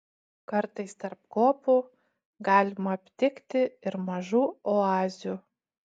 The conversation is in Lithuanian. kartais tarp kopų galima aptikti ir mažų oazių